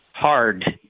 Hard